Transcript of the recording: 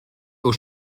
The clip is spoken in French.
aux